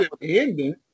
ending